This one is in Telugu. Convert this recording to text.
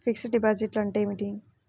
ఫిక్సడ్ డిపాజిట్లు అంటే ఏమిటి?